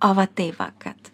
o va taip va kad